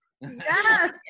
Yes